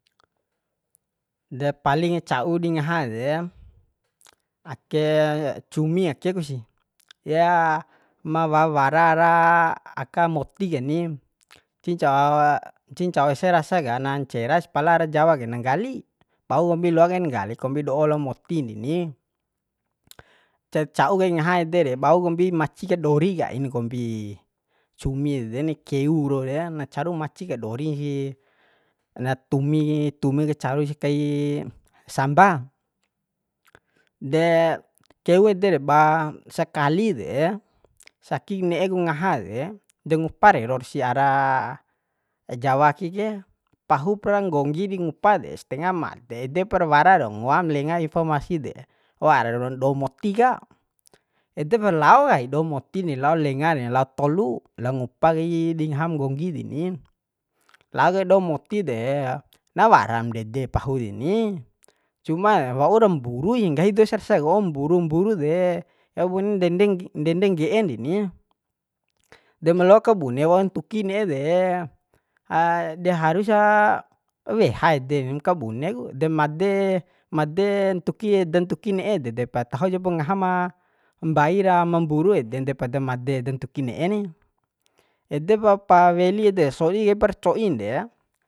De paling ca'u dingaha de ake cumi ake kusi ma wawara ara aka moti keni cinca ncihi ncao ese rasa ka na nceras pala ara jawa ke na nggali bau kombi loa kain nggali kombi do'o lao motin deni ca'u kaik ngaha ede re bau kombi maci kadori kain kombi sumi ede ni keu rau re na caru maci kadorihi na tumi kai tumi kacaru ja kai samba de keu ede re ba sakali de saking ne'e ku ngaha de de ngupa reror si ara jawa ke ke pahup ra nggonggi di ngupa de stenga made depar warar ngoam lenga infomasi de wara ruan do moti ka edepra lao kai do moti ni lao lenga re lao tolu lao ngupa kai di ngaham nggonggi deni laok do moti de na waram ndede pahu deni cuma waura mburu sih nggahi dou ese rasa ka waum mburu mburu de kabun ndende ngge'e deni de maloak kabune waun ntuki ne'e de de harusa weha edem mka bune ku de made made ntuki da ntuki ne'e dede pa taho japo ngahama mbai ra ma mburu ede depan da made da ntuki ne'e ni edepa pa weli ede sodi kaip ra co'in de